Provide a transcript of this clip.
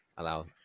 allow